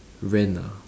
rent ah